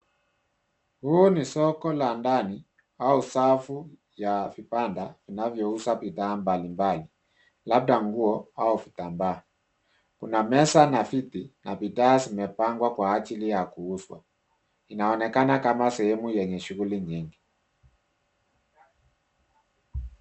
Huu ni soko la ndani au safu ya vipanda vinavyouza bidhaa mbalimbali, labda nguo au vitambaa kuna meza na viti na bidhaa zimepangwa kwa ajili ya kuuzwa inaonekana kama sehemu yenye shughuli nyingi.